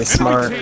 smart